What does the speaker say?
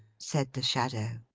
said the shadow.